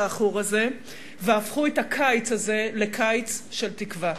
העכור הזה והפכו את הקיץ הזה לקיץ של תקווה.